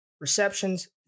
receptions